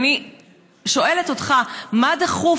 ואני שואלת אותך: מה דחוף,